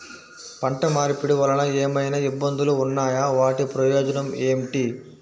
పంట మార్పిడి వలన ఏమయినా ఇబ్బందులు ఉన్నాయా వాటి ప్రయోజనం ఏంటి?